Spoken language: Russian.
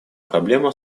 проблема